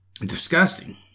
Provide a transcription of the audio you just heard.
Disgusting